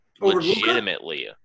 Legitimately